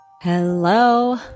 Hello